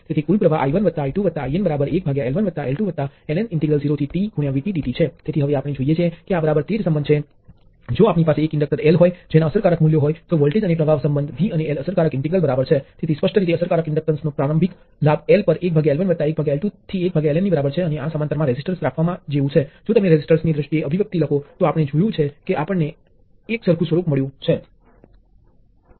તેથી આ એલિમેન્ટ કંઈપણ હોઈ શકે છે તે રેઝિસ્ટર હોઈ શકે છે તે ઇન્ડક્ટર હોઈ શકે છે તે કેપેસીટર હોઈ શકે છે તે રેઝિસ્ટર હોઈ શકે છે તે પ્રવાહ સ્ત્રોત હોઈ શકે છે તેથી સમાંતર સંયોજન ફક્ત વોલ્ટેજ સ્ત્રોત ની સમકક્ષ છે